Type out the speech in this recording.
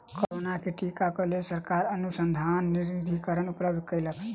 corona के टीका क लेल सरकार अनुसन्धान निधिकरण उपलब्ध कयलक